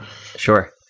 Sure